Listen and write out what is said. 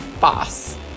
boss